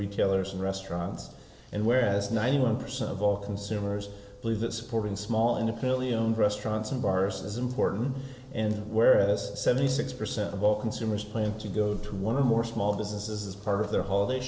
retailers and restaurants and whereas ninety one percent of all consumers believe that supporting small independently owned restaurants and bars as important and where this seventy six percent of all consumers plan to go to one of more small businesses as part of their holiday